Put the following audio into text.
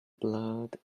blurred